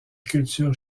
culture